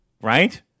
Right